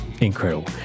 Incredible